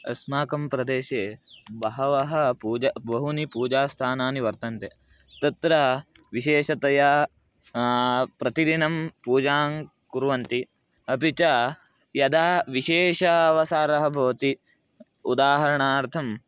अस्माकं प्रदेशे बहवः पूजा बहूनि पूजास्थानानि वर्तन्ते तत्र विशेषतया प्रतिदिनं पूजां कुर्वन्ति अपि च यदा विशेषावसारः भवति उदाहरणार्थं